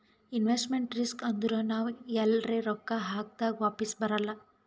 investment risk ಅಂದುರ್ ನಾವ್ ಎಲ್ರೆ ರೊಕ್ಕಾ ಹಾಕ್ದಾಗ್ ವಾಪಿಸ್ ಬರಲ್ಲ